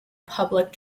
public